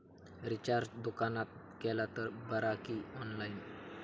Recharge दुकानात केला तर बरा की ऑनलाइन?